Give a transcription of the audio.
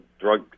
drug